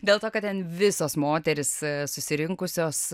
dėl to kad ten visos moterys susirinkusios